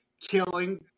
killing